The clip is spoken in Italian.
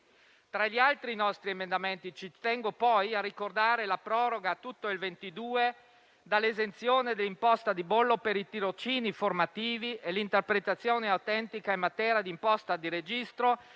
Tra gli altri nostri emendamenti ci tengo poi a ricordare la proroga a tutto il 2022 dell'esenzione dell'imposta di bollo per i tirocini formativi e l'interpretazione autentica in materia di imposta di registro,